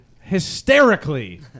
hysterically